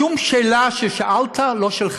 שום שאלה ששאלת, לא שלך.